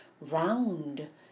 round